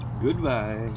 Goodbye